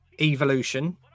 evolution